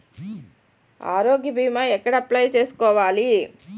ఆరోగ్య భీమా ఎక్కడ అప్లయ్ చేసుకోవాలి?